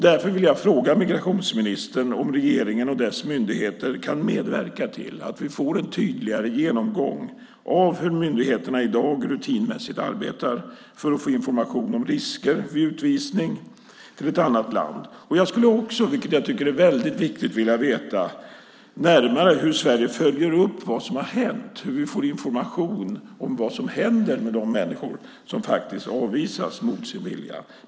Därför vill jag fråga migrationsministern om regeringen och dess myndigheter kan medverka till att vi får en tydligare genomgång av hur myndigheterna i dag rutinmässigt arbetar för att få information om risker vid utvisning till ett annat land. Jag skulle också vilja veta närmare, vilket jag tycker är väldigt viktigt, hur Sverige följer upp vad som har hänt, hur vi får information om vad som händer med de människor som avvisas mot sin vilja.